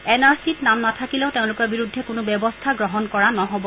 N R C নাম নাথাকিলেও তেওঁলোকৰ বিৰুদ্ধে কোনো ব্যৱস্থা গ্ৰহণ কৰা নহ'ব